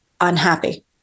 unhappy